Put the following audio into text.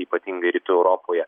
ypatingai rytų europoje